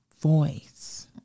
voice